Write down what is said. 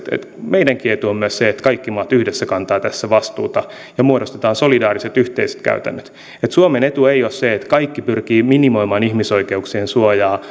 meidänkin etu on se että kaikki maat yhdessä kantavat tässä vastuuta ja muodostetaan solidaariset yhteiset käytännöt suomen etu ei ole se että kaikki pyrkivät minimoimaan ihmisoikeuksien suojaa